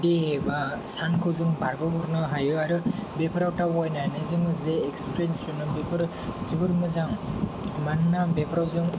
दे बा सानखौ जों बारगहोनो हायो आरो बेफोराव दावबायनानै जोङो जे एक्सपिरियेएन्स मोनो बेफोरो जोबोद मोजां मानोना बेफोराव जों